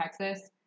Texas